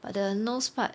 but the nose part